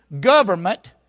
government